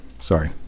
sorry